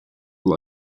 have